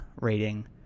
rating